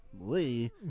lee